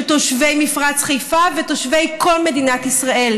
תושבי מפרץ חיפה ותושבי כל מדינת ישראל,